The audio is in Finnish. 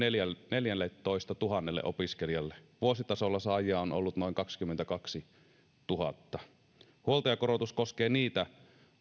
neljälletoistatuhannelle opiskelijalle vuositasolla saajia on ollut noin kaksikymmentäkaksituhatta huoltajakorotus koskee niitä